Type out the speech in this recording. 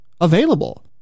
available